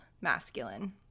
masculine